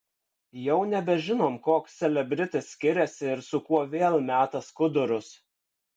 jau nebežinom koks selebritis skiriasi ir su kuo vėl meta skudurus